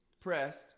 Pressed